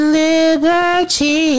liberty